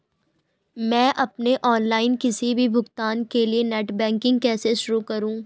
मैं अपने ऑनलाइन किसी भी भुगतान के लिए नेट बैंकिंग कैसे शुरु करूँ?